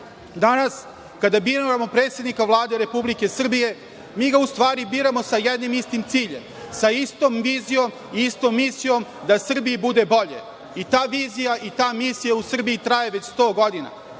Danas kada biramo predsednika Vlade Republike Srbije mi ga u stvari biramo sa jednim istim ciljem, sa istom vizijom i misijom da Srbiji bude bolje. Ta vizija i misija u Srbiji traje već 100 godina.